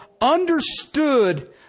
understood